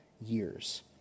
years